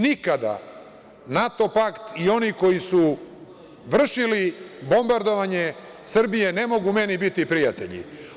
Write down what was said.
Nikada NATO pakt i oni koji su vršili bombardovanje Srbije ne mogu meni biti prijatelji.